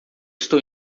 estou